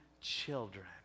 children